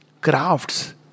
crafts